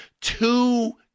two